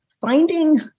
Finding